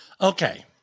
Okay